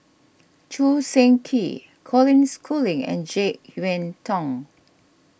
Choo Seng Quee Colin Schooling and Jek Yeun Thong